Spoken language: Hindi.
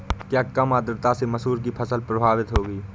क्या कम आर्द्रता से मसूर की फसल प्रभावित होगी?